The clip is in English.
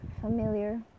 familiar